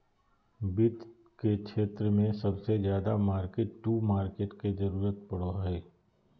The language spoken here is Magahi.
वित्त के क्षेत्र मे सबसे ज्यादा मार्किट टू मार्केट के जरूरत पड़ो हय